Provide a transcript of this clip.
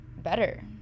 better